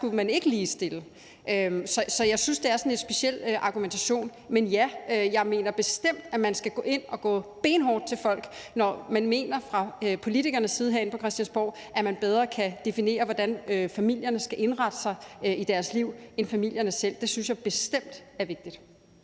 skulle ligestille der. Så jeg synes, det er sådan en lidt speciel argumentation, men ja, jeg mener bestemt, at vi skal gå ind og gå benhårdt til folk, når man fra politikernes side herinde på Christiansborg mener, at man bedre kan definere, hvordan familierne skal indrette sig i deres liv, end familierne selv. Det synes jeg bestemt er vigtigt.